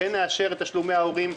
שכן יאשרו את תשלומי ההורים.